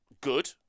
good